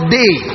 day